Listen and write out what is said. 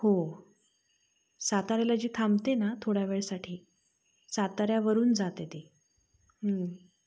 हो साताऱ्याला जी थांबते ना थोड्या वेळसाठी साताऱ्यावरून जाते ती